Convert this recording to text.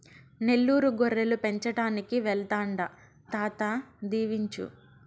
నెల్లూరు గొర్రెలు పెంచడానికి వెళ్తాండా తాత దీవించు